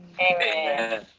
Amen